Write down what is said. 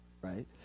right